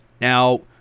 Now